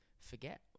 forget